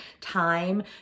time